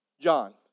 John